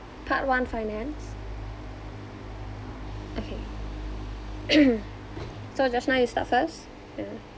part one finance okay so joshna you start first ya